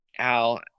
Al